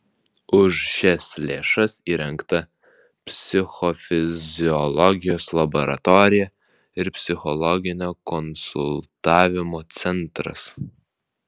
už šias lėšas įrengta psichofiziologijos laboratorija ir psichologinio konsultavimo centras